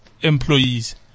employees